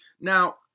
Now